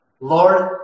Lord